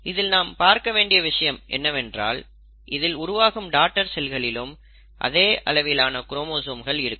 இதில் நாம் பார்க்க வேண்டிய விஷயம் என்னவென்றால் இதில் உருவாகும் டாடர் செல்களிலும் அதே அளவிலான குரோமோசோம்கள் இருக்கும்